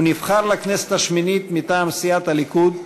הוא נבחר לכנסת השמינית מטעם סיעת הליכוד,